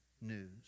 news